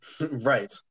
right